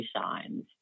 shines